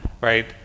right